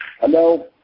Hello